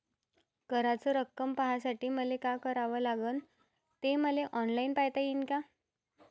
कराच रक्कम पाहासाठी मले का करावं लागन, ते मले ऑनलाईन पायता येईन का?